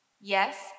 Yes